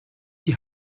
die